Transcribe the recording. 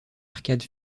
arcade